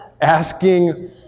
Asking